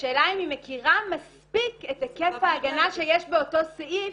השאלה היא אם היא מכירה מספיק את היקף ההגנה שיש באותו סעיף,